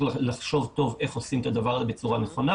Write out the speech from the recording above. לחשוב טוב איך עושים את הדבר הזה בצורה נכונה.